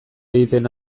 egiten